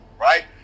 right